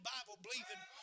Bible-believing